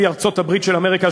בלי ארצות-הברית של אמריקה,